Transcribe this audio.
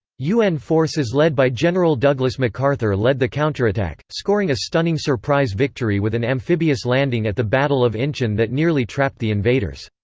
un forces led by general douglas macarthur led the counterattack, scoring a stunning surprise victory with an amphibious landing at the battle of inchon that nearly trapped the invaders.